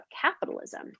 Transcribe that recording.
capitalism